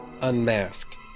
unmasked